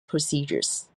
procedures